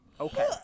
Okay